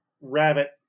rabbit